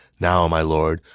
now, my lord,